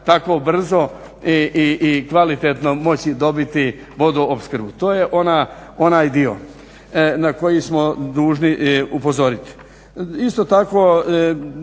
tako brzo i kvalitetno moći dobiti vodoopskrbu. To je onaj dio na koji smo dužni upozoriti. Isto tako